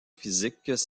physiques